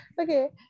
Okay